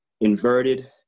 inverted